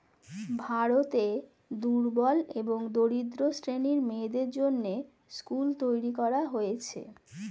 ভারতে দুর্বল এবং দরিদ্র শ্রেণীর মেয়েদের জন্যে স্কুল তৈরী করা হয়েছে